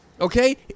Okay